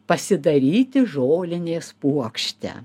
pasidaryti žolinės puokštę